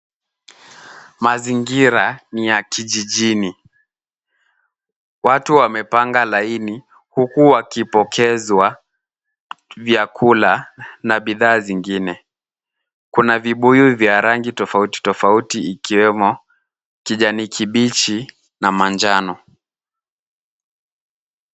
Mazingira ni ya kijijini. Watu wamepanga laini huku wakipokezwa vyakula na bidhaa zingine. Kuna vibuyu vya rangi tofauti tofauti ikiwemo kijani kibichi na manjano.